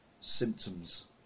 symptoms